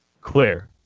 Clear